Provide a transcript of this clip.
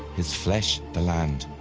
his flesh the land.